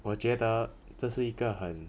我觉得这是一个很